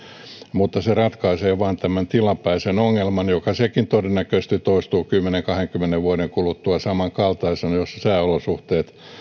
mutta se ratkaisee vain tämän tilapäisen ongelman joka sekin todennäköisesti toistuu kymmenen viiva kahdenkymmenen vuoden kuluttua samankaltaisena jolloin sääolosuhteet